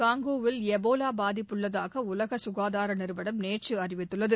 காங்கோவில் Ebola பாதிப்புள்ளதாக உலக சுகாதார நிறுவனம் நேற்று அறிவித்துள்ளது